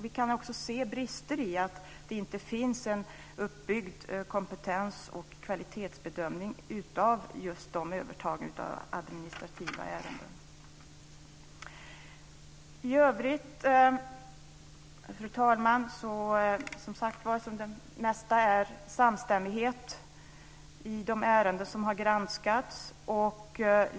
Vi kan också se brister i att det inte finns en uppbyggd kompetens och kvalitetsbedömning när det gäller just övertaganden av administrativa ärenden. Fru talman! I övrigt råder det mest samstämmighet i de ärenden som har granskats.